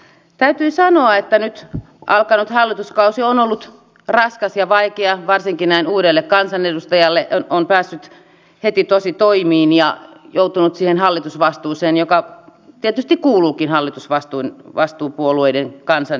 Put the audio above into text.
täytyy sanoa että nyt hallituskausi on ollut raskas ja vaikea varsinkin näin uudelle kansanedustajalle on päässyt heti tositoimiin ja joutunut siihen hallitusvastuuseen joka tietysti kuuluukin hallitusvastuun vastuupuolueiden kansan